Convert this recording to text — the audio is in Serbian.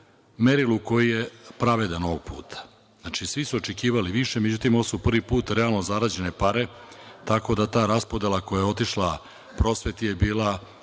merilu koji je pravedan ovog puta. Znači, svi su očekivali više, međutim, ovo su prvi put realno zarađene pare, tako da ta raspodela koja je otišla prosveti je bila